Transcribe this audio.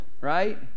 Right